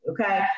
okay